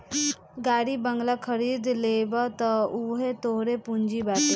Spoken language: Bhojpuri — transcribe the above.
गाड़ी बंगला खरीद लेबअ तअ उहो तोहरे पूंजी बाटे